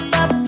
up